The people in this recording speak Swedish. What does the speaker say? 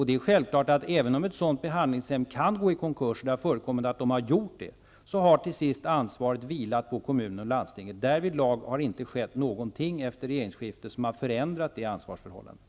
Det är självklart att om ett sådant hem går i konkurs -- det har förekommit att de har gjort det -- har till sist ansvaret vilat på kommunen och landstinget. Det har inte efter regeringsskiftet skett någonting som har förändrat det ansvarsförhållandet.